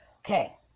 Okay